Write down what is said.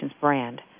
brand